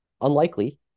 Unlikely